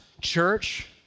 Church